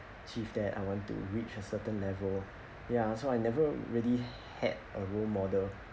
achieve that I want to reach a certain level ya so I never really had a role model